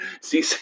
See